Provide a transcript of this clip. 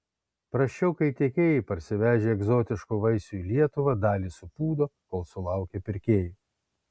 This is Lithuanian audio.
prasčiau kai tiekėjai parsivežę egzotiškų vaisių į lietuvą dalį supūdo kol sulaukia pirkėjų